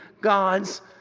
God's